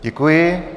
Děkuji.